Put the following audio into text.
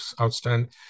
outstanding